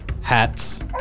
hats